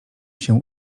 się